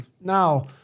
Now